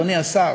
אדוני השר?